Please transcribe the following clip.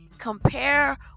compare